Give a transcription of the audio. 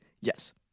Yes